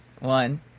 one